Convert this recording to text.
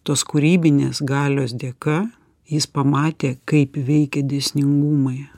tos kūrybinės galios dėka jis pamatė kaip veikia dėsningumai